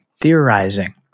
theorizing